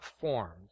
formed